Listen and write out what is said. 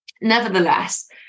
nevertheless